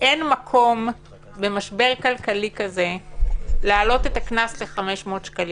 שאין מקום במשבר כלכלי כזה להעלות את הקנס ל-500 שקלים.